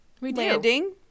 landing